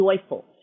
joyful